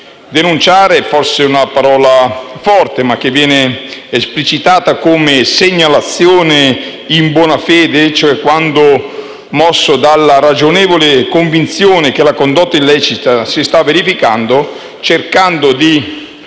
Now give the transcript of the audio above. Denunciare forse è una parola forte, ma che viene esplicitata come segnalazione in buona fede quando il soggetto sia mosso dalla ragionevole convinzione che la condotta illecita si stia verificando. Si cerca di